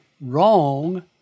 wrong